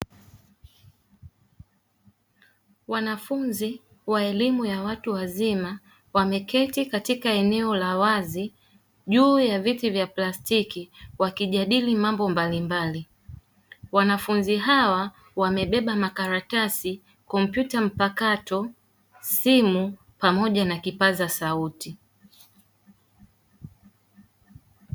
Wanafunzi wa elimu ya watu wazima wameketi katika eneo la wazi juu ya viti vya plastiki wakijadili mambo mbalimbali, wanafunzi hawa wamebeba makaratasi, kompyuta mpakato, simu pamoja na kipaza sauti.